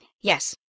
yes